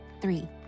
three